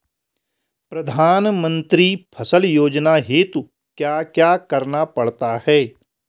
प्रधानमंत्री फसल योजना हेतु क्या क्या करना पड़ता है?